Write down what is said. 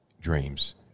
dreams